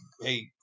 hey